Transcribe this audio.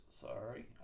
Sorry